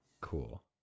cool